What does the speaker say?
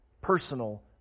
personal